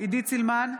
עידית סילמן,